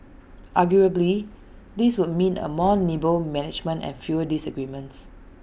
arguably this would mean A more nimble management and fewer disagreements